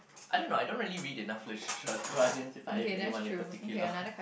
I don't know I don't really read enough Literature to identify if anyone in particular